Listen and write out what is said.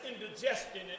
indigestion